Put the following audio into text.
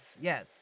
yes